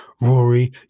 Rory